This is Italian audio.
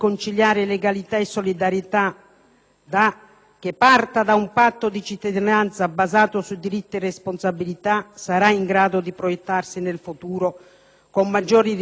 che parta da un patto di cittadinanza basato su diritti e responsabilità, sarà in grado di proiettarsi nel futuro con maggiori risorse, energie e dinamismo.